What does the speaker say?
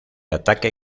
ataque